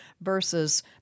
versus